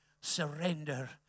Surrender